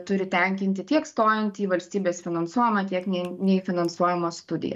turi tenkinti tiek stojant į valstybės finansuojamą tiek neinenefinansuojamas studijas